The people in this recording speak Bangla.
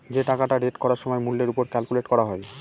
যে টাকাটা রেট করার সময় মূল্যের ওপর ক্যালকুলেট করা হয়